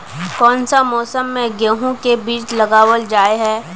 कोन सा मौसम में गेंहू के बीज लगावल जाय है